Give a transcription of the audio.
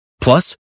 Plus